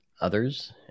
others